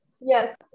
Yes